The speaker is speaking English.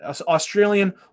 Australian